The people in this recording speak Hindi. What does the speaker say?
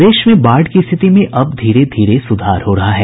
प्रदेश में बाढ़ की स्थिति में अब धीरे धीरे सुधार हो रहा है